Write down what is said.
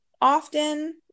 often